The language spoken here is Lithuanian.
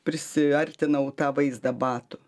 prisiartinau tą vaizdą batų